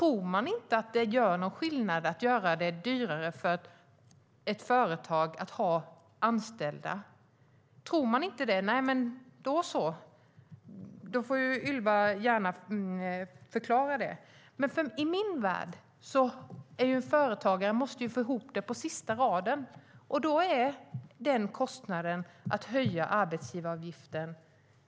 Om man inte tror att det gör någon skillnad att man gör det dyrare för ett företag att ha anställda får Ylva gärna förklara det. Men i min värld måste en företagare få ihop det på sista raden. Och då påverkar kostnaden för höjd arbetsgivaravgift.